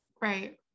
Right